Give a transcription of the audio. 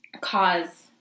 cause